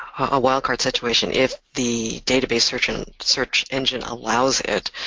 a wildcard situation if the database search and search engine allows it.